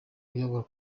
uyoboye